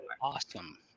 awesome